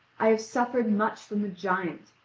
i have suffered much from a giant,